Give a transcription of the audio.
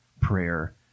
prayer